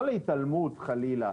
לא להתעלמות, חלילה,